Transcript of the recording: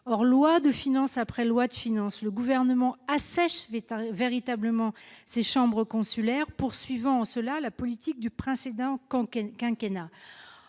Or, loi de finances après loi de finances, le Gouvernement assèche véritablement ces chambres consulaires, poursuivant en cela la politique du précédent quinquennat.